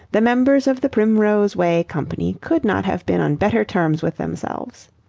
the members of the primrose way company could not have been on better terms with themselves.